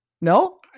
No